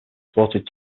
exported